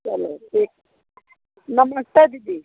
चलो ठीक नमस्ते दीदी